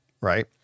Right